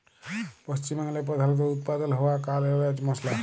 পশ্চিম বাংলায় প্রধালত উৎপাদল হ্য়ওয়া কাল এলাচ মসলা